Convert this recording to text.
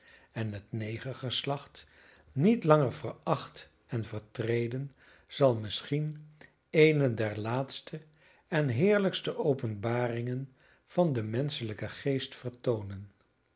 en het negergeslacht niet langer veracht en vertreden zal misschien eene der laatste en heerlijkste openbaringen van den menschelijken geest